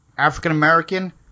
African-American